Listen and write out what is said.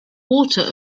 water